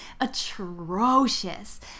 atrocious